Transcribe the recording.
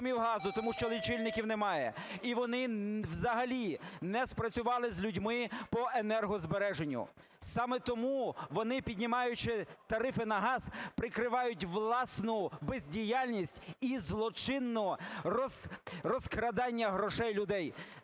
тому що лічильників немає, і вони взагалі не спрацювали з людьми по енергозбереженню. Саме тому вони, піднімаючи тарифи на газ, прикривають власну бездіяльність і злочинне розкрадання грошей людей.